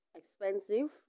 expensive